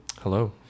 Hello